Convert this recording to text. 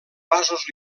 vasos